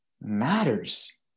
matters